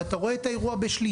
ואתה רואה את האירוע בשליטה,